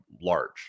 large